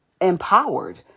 Empowered